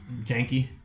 janky